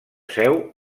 seu